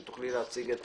שתוכלי להציג את